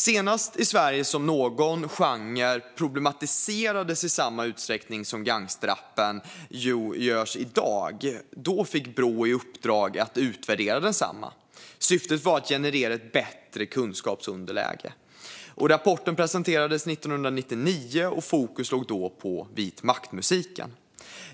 Senast som någon genre i Sverige problematiserades i samma utsträckning som gangsterrappen i dag fick Brå i uppdrag att utvärdera densamma. Syftet var att generera ett bättre kunskapsunderlag. Rapporten presenterades 1999, och fokus låg då på vitmaktmusiken.